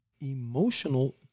emotional